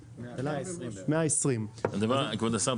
120. כבוד השר,